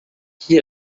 qui